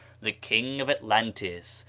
the king of atlantis,